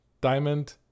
diamond